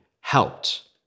helped